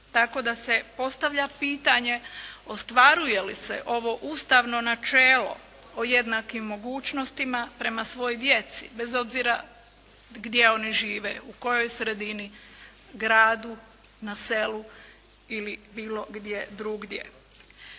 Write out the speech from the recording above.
tako da se postavlja pitanje ostvaruje li se ovo ustavno načelo o jednakim mogućnostima prema svoj djeci, bez obzira gdje oni žive, u kojoj sredini, gradu, na selu ili bilo gdje drugdje.